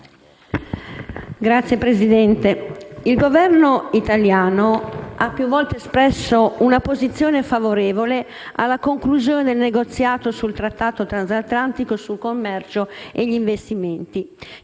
Signor Ministro, il Governo italiano ha più volte espresso una posizione favorevole alla conclusione del negoziato sul Trattato transatlantico sul commercio e gli investimenti,